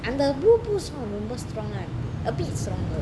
and the blue boost [one] I remember strong one a bit stronger